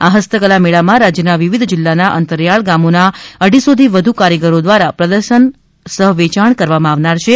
આ હસ્તકલા મેળામાં રાજ્યના વિવિધ જીલ્લાના અંતરિયાળ ગામોના અઢીસોથી વધુ કારીગરો દ્વારા પ્રદર્શન સહ વેચાણ કરવામાં આવનાર છે